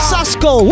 Sasko